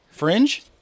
Fringe